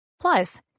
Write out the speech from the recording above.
Plus